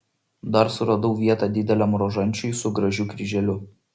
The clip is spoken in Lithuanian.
dar suradau vietą dideliam rožančiui su gražiu kryželiu